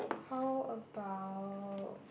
how about